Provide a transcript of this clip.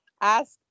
ask